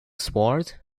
sword